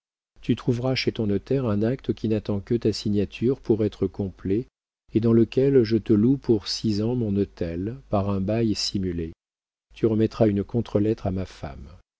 tu trouveras chez ton notaire un acte qui n'attend que ta signature pour être complet et dans lequel je te loue pour six ans mon hôtel par un bail simulé tu remettras une contre-lettre à ma femme